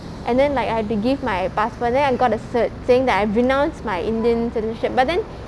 and then like I had to give my passport and then I got a certificate saying that I've renounced my indian citizenship but then